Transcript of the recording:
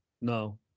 No